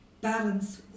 balance